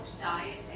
Diet